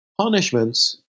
punishments